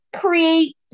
create